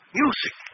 music